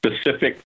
specific